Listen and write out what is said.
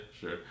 sure